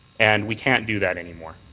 and we can't do that anymore.